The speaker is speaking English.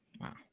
Wow